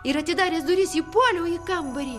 ir atidaręs duris įpuoliau į kambarį